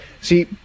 See